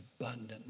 abundant